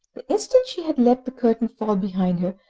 instant she had let the curtain fall behind her,